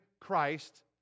Christ